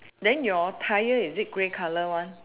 then your tyre is it grey colour one